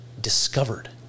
discovered